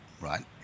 Right